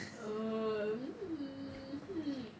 um mm hmm